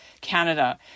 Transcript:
Canada